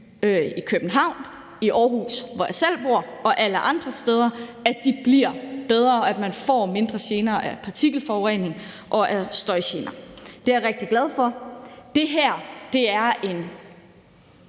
i København, i Aarhus, hvor jeg selv bor, og alle andre steder, bliver bedre, og at man får mindre gener af partikelforurening og mindre støjgener. Det er jeg rigtig glad for. Det her er